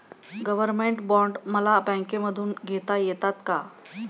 Government bond मला बँकेमधून घेता येतात का?